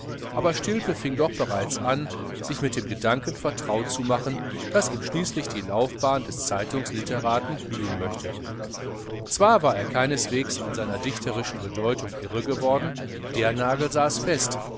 aber stilpe fing doch bereits an sich mit dem gedanken sehr vertraut zu machen daß ihm schließlich die laufbahn des zeitungslitteraten blühen möchte zwar war er keineswegs an seiner dichterischen bedeutung irre geworden der nagel saß fest